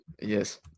Yes